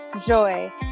joy